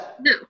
no